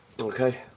Okay